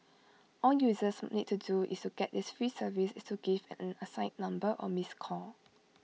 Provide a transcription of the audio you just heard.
all users need to do to get this free service is to give an assigned number A missed call